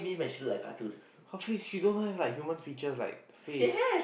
her face she don't have like human features like the face